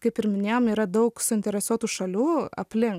kaip ir minėjom yra daug suinteresuotų šalių aplink